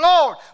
Lord